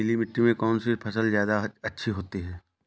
पीली मिट्टी में कौन सी फसल ज्यादा अच्छी होती है?